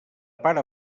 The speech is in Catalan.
pare